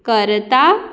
करता